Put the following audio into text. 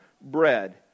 bread